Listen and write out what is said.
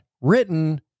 written